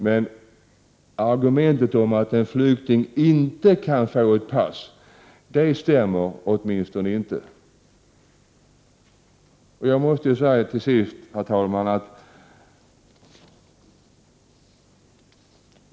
Men argumentet att en flykting inte kan få ett pass stämmer ” åtminstone inte. Herr talman!